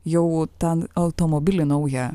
jau tą automobilį naują